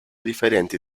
differenti